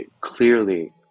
clearly